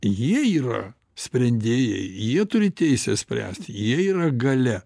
jie yra sprendėjai jie turi teisę spręsti jie yra galia